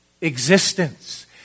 existence